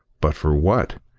but for what?